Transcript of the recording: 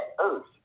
earth